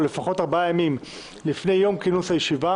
ולפחות ארבעה ימים לפני יום כינוס הישיבה